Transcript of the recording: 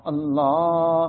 Allah